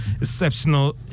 exceptional